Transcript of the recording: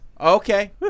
Okay